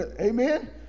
Amen